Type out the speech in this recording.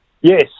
Yes